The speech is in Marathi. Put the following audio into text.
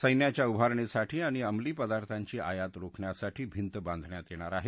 सैन्याच्या उभारणीसाठी आणि अंमली पदार्थांची आयात रोखण्यासाठी भिंत बांधण्यात येणार आहे